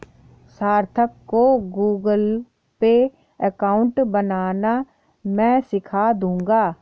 सार्थक को Google Pay account बनाना मैं सीखा दूंगा